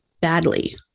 badly